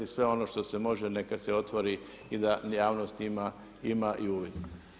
Sve ono što se može neka se otvori i da javnost ima i uvid.